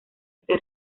este